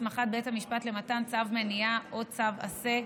הסמכת בית המשפט למתן צו מניעה או צו עשה),